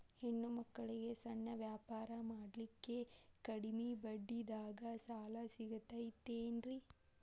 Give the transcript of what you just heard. ಹೆಣ್ಣ ಮಕ್ಕಳಿಗೆ ಸಣ್ಣ ವ್ಯಾಪಾರ ಮಾಡ್ಲಿಕ್ಕೆ ಕಡಿಮಿ ಬಡ್ಡಿದಾಗ ಸಾಲ ಸಿಗತೈತೇನ್ರಿ?